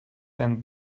then